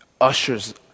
ushers